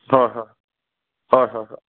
হয় হয় হয় হয়